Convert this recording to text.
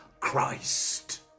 Christ